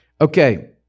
Okay